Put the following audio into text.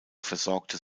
versorgte